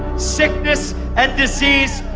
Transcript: sickness and disease,